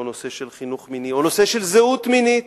או נושא של חינוך מיני או נושא של זהות מינית,